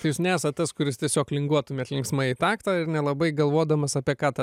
tai jūs nesat tas kuris tiesiog linguotumėt linksmai į taktą ir nelabai galvodamas apie ką ta